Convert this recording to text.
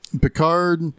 picard